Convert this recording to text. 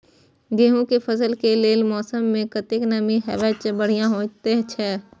गेंहू के फसल के लेल मौसम में कतेक नमी हैब बढ़िया होए छै?